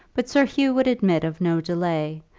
but sir hugh would admit of no delay,